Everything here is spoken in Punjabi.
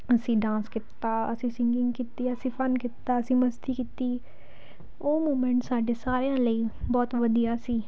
ਅਸੀਂ ਡਾਂਸ ਕੀਤਾ ਅਸੀਂ ਸਿੰਗਿੰਗ ਕੀਤੀ ਅਸੀਂ ਫਨ ਕੀਤਾ ਅਸੀਂ ਮਸਤੀ ਕੀਤੀ ਉਹ ਮੂਮੈਂਟ ਸਾਡੇ ਸਾਰਿਆਂ ਲਈ ਬਹੁਤ ਵਧੀਆ ਸੀ